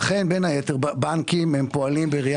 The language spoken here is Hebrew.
לכן בין היתר בנקים הם פועלים בראייה